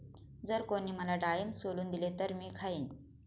जर कोणी मला डाळिंब सोलून दिले तर मी खाईन